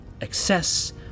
excess